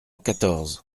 quatorze